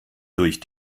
durch